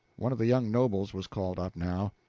one of the young nobles was called up now.